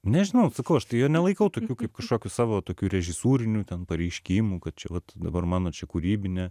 nežinau sakau aš tai jo nelaikau tokiu kaip kažkokiu savo tokiu režisūriniu ten pareiškimu kad čia vat dabar mano čia kūrybinė